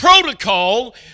protocol